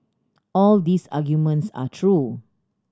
all these arguments are true